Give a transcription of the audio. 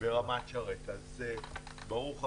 ברוך הבא.